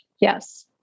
Yes